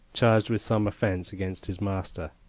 charged with some offence against his master.